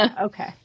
Okay